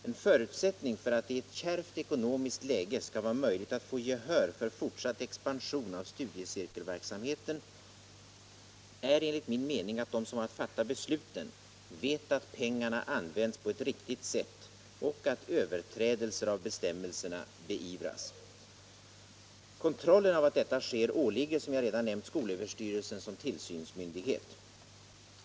En förutsättning för att det i ett kärvt ekonomiskt läge skall vara möjligt att få gehör för fortsatt expansion av studiecirkelverksamheten är enligt min mening att de som har att fatta besluten vet att pengarna används på ett riktigt sätt och att överträdelser av bestämmelserna beivras. Kontrollen av att detta sker åligger, som jag redan nämnt, skolöverstyrelsen som tillsynsmyndighet.